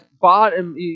bottom